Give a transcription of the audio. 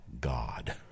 God